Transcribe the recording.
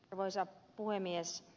arvoisa puhemies